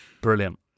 Brilliant